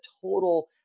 total